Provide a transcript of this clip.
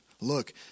Look